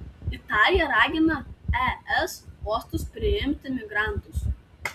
italija ragina es uostus priimti migrantus